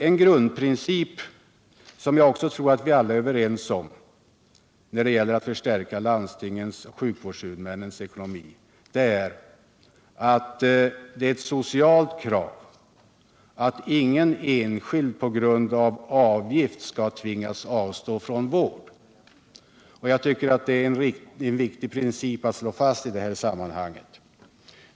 En grundprincip som jag tror att vi alla är överens om när det gäller att förstärka landstingens, sjukvårdshuvudmännens, ekonomi är att det är ett socialt krav att ingen enskild på grund av avgift skall tvingas avstå från vård. Det är en viktig princip att slå fast i detta sammanhang.